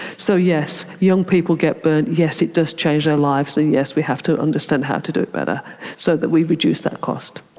so yes, young people get burned. yes, it does change their lives, and yes, we have to understand how to do it better so that we reduce that cost.